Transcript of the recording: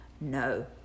No